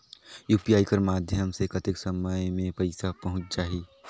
UPI कर माध्यम से कतेक समय मे पइसा पहुंच जाहि?